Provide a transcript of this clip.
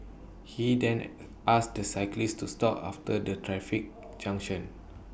he then asked the cyclist to stop after the traffic junction